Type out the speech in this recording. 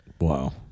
Wow